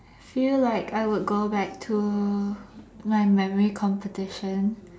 feel like I would go back to my memory competition